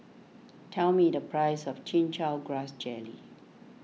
tell me the price of Chin Chow Grass Jelly